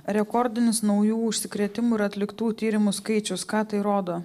rekordinis naujų užsikrėtimų ir atliktų tyrimų skaičius ką tai rodo